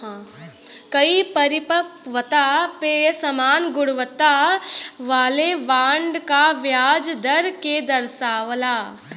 कई परिपक्वता पे समान गुणवत्ता वाले बॉन्ड क ब्याज दर के दर्शावला